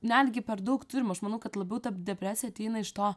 netgi per daug turim aš manau kad labiau ta depresija ateina iš to